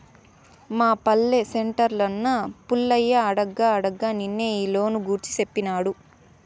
మా పల్లె సెంటర్లున్న పుల్లయ్య అడగ్గా అడగ్గా నిన్నే ఈ లోను గూర్చి సేప్పినాడు